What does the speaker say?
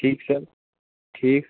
ठीक सर ठीक